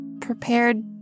prepared